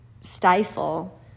stifle